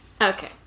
Okay